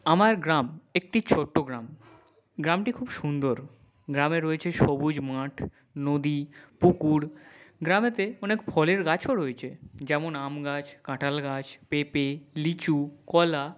আমার গ্রাম একটি ছোট্ট গ্রাম গ্রামটি খুব সুন্দর গ্রামে রয়েছে সবুজ মাঠ নদী পুকুর গ্রামেতে অনেক ফলের গাছও রয়েছে যেমন আম গাছ কাঁঠাল গাছ পেঁপে লিচু কলা